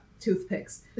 toothpicks